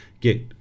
get